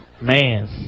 Man